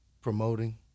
Promoting